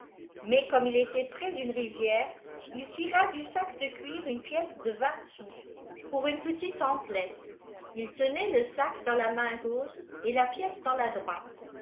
çaais coiûme il était près d'une rivière il tira du sac de cuir une pièce de vingt sous pour une petite emplette il tenait le sac dans la main gauche et la pièce dans la droite